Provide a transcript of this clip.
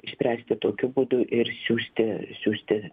išspręsti tokiu būdu ir siųsti siųsti